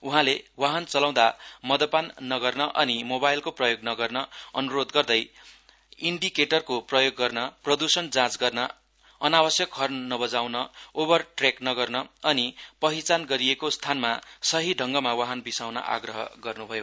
उहाँले वाहन चलाउँदा मदपान नगर्न अनि मोबाइलको प्रयोग नगर्ने अन्रोध गर्दै इण्डीकेटर को प्रयोग गर्न प्रदुषण जाँच गर्न अनावश्यक हर्न नबजाउन ओभरटेक नगर्न अनि पहिचान गरिएको स्थानमा सही ढङगमा वाहन बिसाउन आग्रह गर्न् भयो